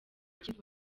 kivu